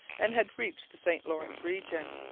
and had reached the st lawrence region.